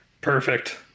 Perfect